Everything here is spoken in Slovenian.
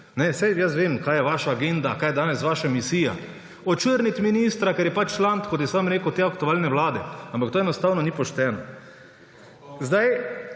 Saj jaz vem, kaj je vaša agenda, kaj je danes vaša misija – očrniti ministra, ker je pač član, kot je sam rekel, te aktualne vlade. Ampak to enostavno ni pošteno. Še